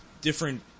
different